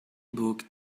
book